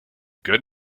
good